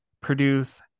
produce